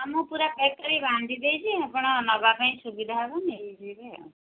ହଁ ମୁଁ ପୂରା ପ୍ୟାକ୍ କରି ବାନ୍ଧି ଦେଇଛି ଆପଣ ନେବା ପାଇଁ ସୁବିଧା ହେବ ନେଇ ଯିବେ ଆଉ